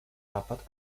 tāpat